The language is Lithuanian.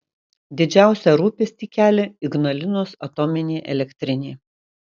didžiausią rūpestį kelia ignalinos atominė elektrinė